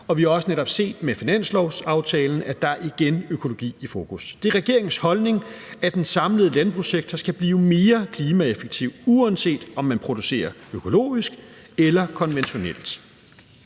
og vi har også netop set med finanslovsaftalen, at økologi igen er i fokus. Det er regeringens holdning, at den samlede landbrugssektor skal blive mere klimaeffektiv, uanset om man producerer økologisk eller konventionelt.